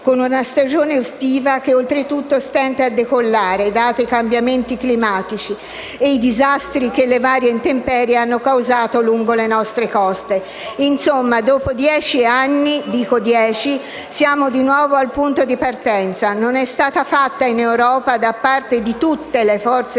con una stagione estiva che oltretutto stenta a decollare dati i cambiamenti climatici e i disastri che le varie intemperie hanno causato lungo le nostre coste. Insomma, dopo dieci anni siamo di nuovo al punto di partenza. Non è stata fatta in Europa da parte di tutte le forze